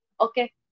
Okay